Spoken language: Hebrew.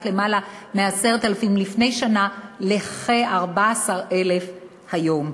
למעלה מ-10,000 לפני שנה לכ-14,000 היום.